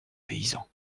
paysans